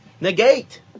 Negate